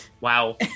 Wow